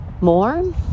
more